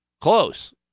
close